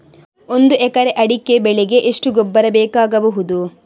ಒಂದು ಎಕರೆ ಅಡಿಕೆ ಬೆಳೆಗೆ ಎಷ್ಟು ಗೊಬ್ಬರ ಬೇಕಾಗಬಹುದು?